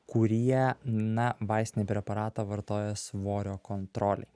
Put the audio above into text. kurie na vaistinį preparatą vartoja svorio kontrolei